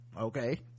okay